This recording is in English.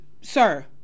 Sir